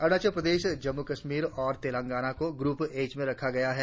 अरुणाचल प्रदेश जम्मू कश्मीर और तेलंगना को group H में रखा गया है